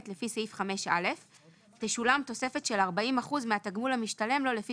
לפי סעיף 5א תשולם תוספת של 40% מהתגמול המשתלם לו לפי